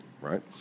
right